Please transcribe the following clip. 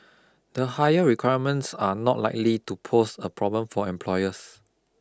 the higher requirements are not likely to pose a problem for employers